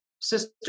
Sister